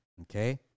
Okay